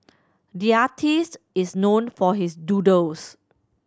the artist is known for his doodles